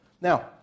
Now